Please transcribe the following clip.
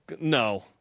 no